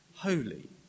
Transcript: Holy